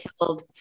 killed